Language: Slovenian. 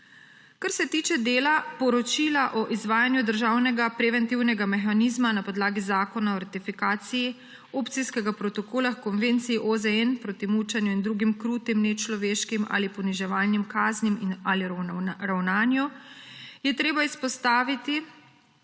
Kar se tiče dela poročila o izvajanju državnega preventivnega mehanizma na podlagi zakona o ratifikaciji, Opcijskega protokola h Konvenciji OZN proti mučenju in drugim krutim, nečloveškim ali poniževalnim kaznim ali ravnanju, je treba izpostaviti,